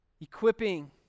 equipping